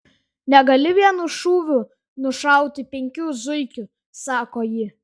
negali vienu šūviu nušauti penkių zuikių sako ji